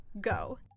go